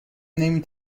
نمی